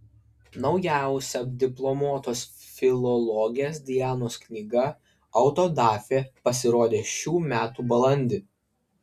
naujausia diplomuotos filologės dianos knyga autodafė pasirodė šių metų balandį